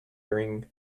bring